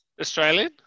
Australian